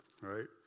right